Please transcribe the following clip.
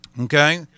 Okay